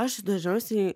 aš dažniausiai